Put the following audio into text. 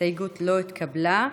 ההסתייגות לא התקבלה.